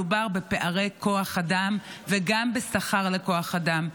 מדובר בפערי כוח אדם וגם בשכר לכוח אדם.